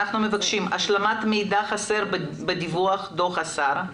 אנחנו מבקשים השלמת מידע חסר בדיווח דו"ח השר,